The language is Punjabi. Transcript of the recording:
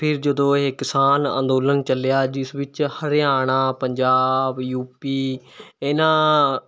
ਫਿਰ ਜਦੋਂ ਇਹ ਕਿਸਾਨ ਅੰਦੋਲਨ ਚੱਲਿਆ ਜਿਸ ਵਿੱਚ ਹਰਿਆਣਾ ਪੰਜਾਬ ਯੂਪੀ ਇਹਨਾਂ